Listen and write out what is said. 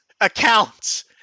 accounts